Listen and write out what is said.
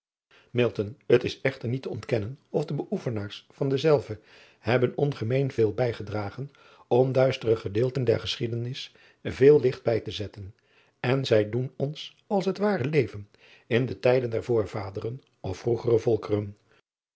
t s echter niet te ontkennen of de beoefenaars van dezelve hebben ongemeen veel bijge driaan oosjes zn et leven van aurits ijnslager dragen om duistere gedeelten der geschiedenis veellicht bij te zetten en zij doen ons als het ware leven in de tijden der voorvaderen of vroegere volkeren